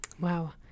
Wow